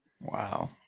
Wow